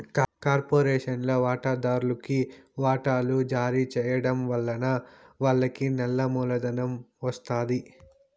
కార్పొరేషన్ల వాటాదార్లుకి వాటలు జారీ చేయడం వలన వాళ్లకి నల్ల మూలధనం ఒస్తాది